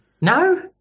No